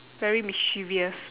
very mischievous